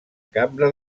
cambra